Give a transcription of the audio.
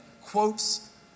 quotes